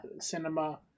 Cinema